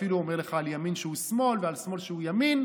אפילו אומר לך על ימין שהוא שמאל ועל שמאל שהוא ימין,